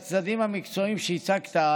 הצדדים המקצועיים שהצגת,